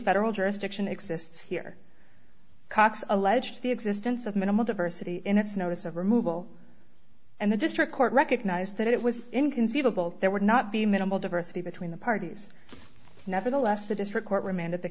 federal jurisdiction exists here cox alleged the existence of minimal diversity in its notice of removal and the district court recognized that it was inconceivable that there would not be minimal diversity between the parties nevertheless the district court remanded the